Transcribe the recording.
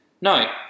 No